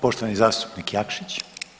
Poštovani zastupnik Jakšić.